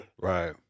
Right